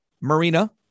Marina